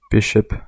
Bishop